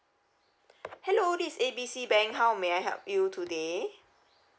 hello this is A B C bank how may I help you today